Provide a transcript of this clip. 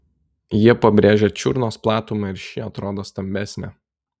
jie pabrėžia čiurnos platumą ir ši atrodo stambesnė